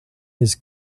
his